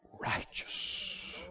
righteous